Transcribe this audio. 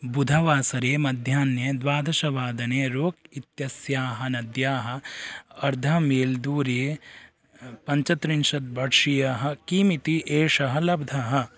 बुधवासरे मध्याह्ने द्वादशवादने रोक् इत्यस्याः नद्याः अर्ध मेल् दूरे पञ्चत्रिंशत् वर्षीयः किमिति एषः लब्धः